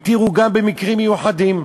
התירו גם במקרים מיוחדים.